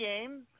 game